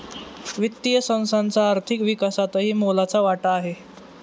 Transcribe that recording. वित्तीय संस्थांचा आर्थिक विकासातही मोलाचा वाटा आहे